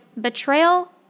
Betrayal